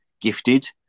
gifted